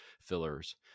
fillers